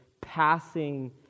passing